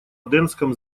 аденском